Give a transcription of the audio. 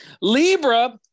Libra